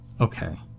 Okay